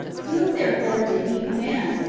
whom, therefore, did he command?